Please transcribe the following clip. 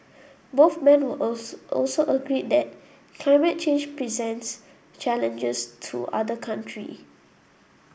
both men also agreed that climate change presents challenges to other country